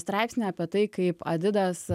straipsnį apie tai kaip adidas